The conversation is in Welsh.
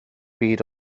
byd